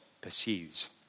pursues